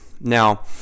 Now